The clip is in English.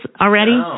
already